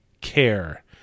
care